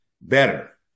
better